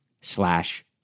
slash